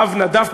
האב נדאף,